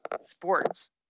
sports